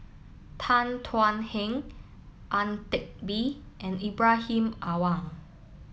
Tan Thuan Heng Ang Teck Bee and Ibrahim Awang